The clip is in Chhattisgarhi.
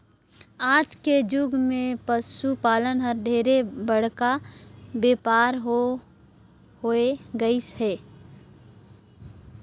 आज के जुग मे पसु पालन हर ढेरे बड़का बेपार हो होय गईस हे